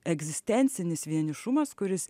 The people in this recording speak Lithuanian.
egzistencinis vienišumas kuris